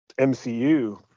MCU